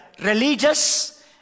religious